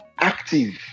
active